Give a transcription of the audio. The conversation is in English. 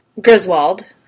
Griswold